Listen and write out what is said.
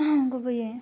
गुबैयै